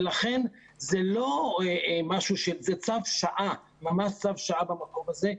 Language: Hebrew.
ולכן, זה צו שעה, ממש צו שעה במקום הזה,